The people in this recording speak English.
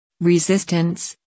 Resistance